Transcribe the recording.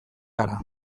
gara